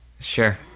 Sure